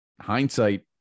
hindsight